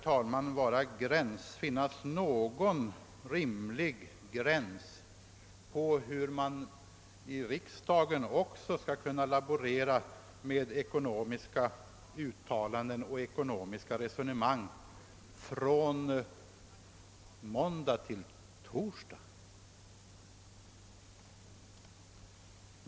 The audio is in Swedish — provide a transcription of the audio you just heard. Det måste ändå finns en rimlig gräns för hur man i riksdagen får laborera med uttalanden och resonemang i ekonomiska frågor och skifta ståndpunkt från måndag till torsdag.